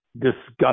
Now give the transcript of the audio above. disgusting